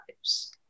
Lives